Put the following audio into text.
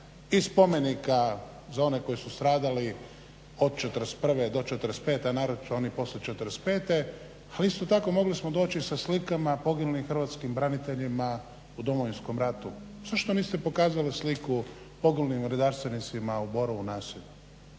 i spomenika za one koji su stradali od '41. do '45., a naročito oni poslije '45. ali isto tako mogli smo doći i sa slikama poginulih hrvatskih branitelja u Domovinskom ratu. Zašto niste pokazali sliku poginulih redarstvenika u Borovom naselju?